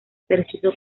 preciso